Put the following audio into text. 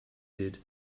did